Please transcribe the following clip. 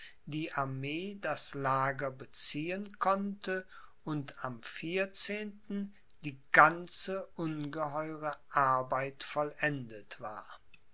die armee das lager beziehen konnte und am vierzehnten die ganze ungeheure arbeit vollendet war